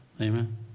Amen